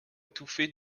étouffé